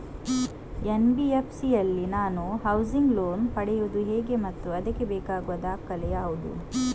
NBFC ಯಲ್ಲಿ ನಾನು housing loan ಪಡೆಯುದು ಹೇಗೆ ಮತ್ತು ಅದಕ್ಕೆ ಬೇಕಾಗುವ ದಾಖಲೆ ಯಾವುದು?